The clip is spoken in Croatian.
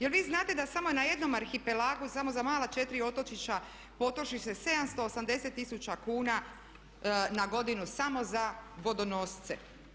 Jel' vi znate da samo na jednom arhipelagu samo za mala četiri otočića potroši se 780 tisuća kuna na godinu samo za vodonosce.